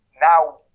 now